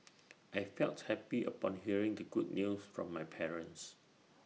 I felt happy upon hearing the good news from my parents